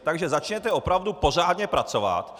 Takže začněte opravdu pořádně pracovat!